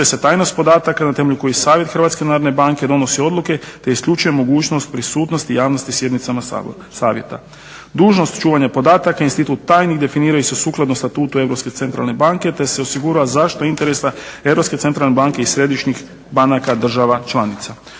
se tajnost podataka na temelju kojih savjet Hrvatske narodne banke donosi odluke te isključuje mogućnost prisutnosti javnosti sjednicama savjeta. Dužnost čuvanja podataka, institut tajnih definiraju se sukladno statutu Europske centralne banke te se osigurava zaštita interesa Europske centralne banke i središnjih banaka država članica.